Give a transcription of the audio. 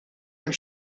hemm